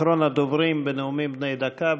אחרון הדוברים בנאומים בני דקה.